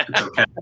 okay